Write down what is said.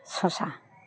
শসা